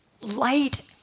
Light